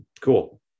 cool